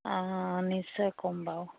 অঁ নিশ্চয় ক'ম বাৰু